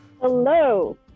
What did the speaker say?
Hello